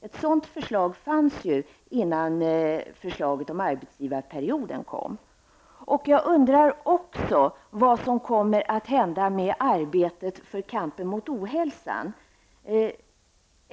Ett sådant förslag fanns ju innan förslaget om arbetsgivarperioden lades fram. Jag undrar också vad som kommer att hända med arbetet för kampen mot ohälsan?